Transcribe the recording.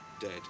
dead